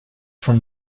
from